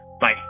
Bye